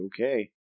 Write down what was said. Okay